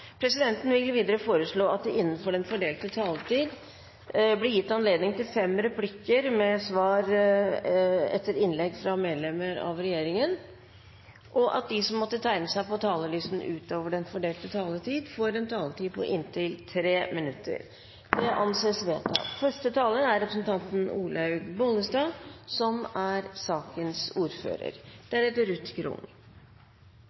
Presidenten vil videre foreslå at det blir gitt anledning til fem replikker med svar etter innlegg fra medlemmer av regjeringen innenfor den fordelte taletid, og at de som måtte tegne seg på talerlisten utover den fordelte taletid, får en taletid på inntil 3 minutter. – Det anses vedtatt. La meg starte med å si at dette representantforslaget adresserer en svært viktig helseutfordring som